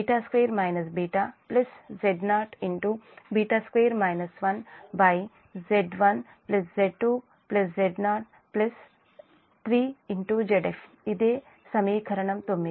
1Z1Z2Z03Zf ఇది సమీకరణం 9